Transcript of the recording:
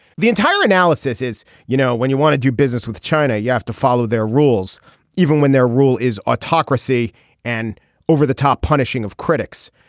the entire analysis is you know when you want to do business with china you have to follow their rules even when their rule is autocracy and over the top punishing of critics.